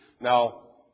Now